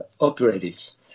operatives